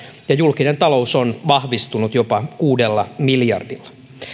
ja julkinen talous on vahvistunut jopa kuudella miljardilla